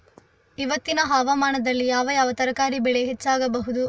ಇವತ್ತಿನ ಹವಾಮಾನದಲ್ಲಿ ಯಾವ ಯಾವ ತರಕಾರಿ ಬೆಳೆ ಹೆಚ್ಚಾಗಬಹುದು?